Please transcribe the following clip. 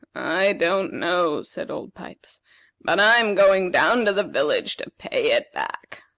i don't know, said old pipes but i'm going down to the village to pay it back.